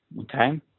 okay